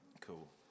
Cool